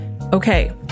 Okay